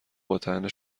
باطعنه